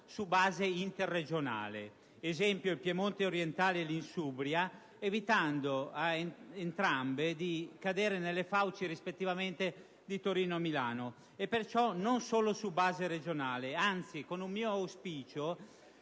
su base interregionale (ad esempio, tra il Piemonte orientale e l'Insubria evitando ad entrambe di cadere nelle fauci, rispettivamente, di Torino e Milano) e non solo su base regionale. Anzi, personalmente auspico